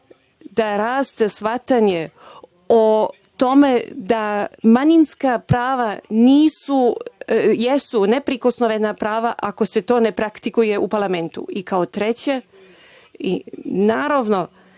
da raste shvatanje o tome da manjinska prava jesu neprikosnovena prava ako se to ne praktikuje u parlamentu. Kao treće, naravno,